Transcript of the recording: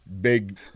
Big